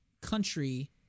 country